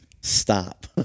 stop